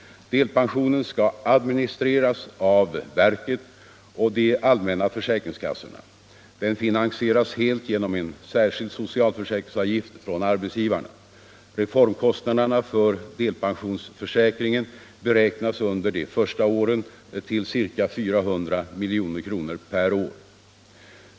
Delpensionen skall administreras av verket och de allmänna försäkringskassorna. Den finansieras helt genom en särskild socialförsäkringsavgift från arbetsgivarna. Reformkostnaden för delpensionsförsäkringen beräknas under de första åren till ca 400 milj.kr. per år.